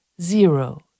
Zero